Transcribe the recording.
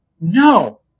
no